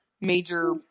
major